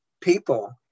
people